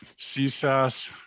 CSAS